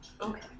Okay